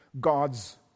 God's